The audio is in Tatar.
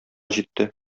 җитте